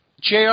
Jr